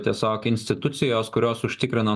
tiesiog institucijos kurios užtikrina